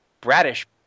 Braddish